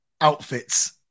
outfits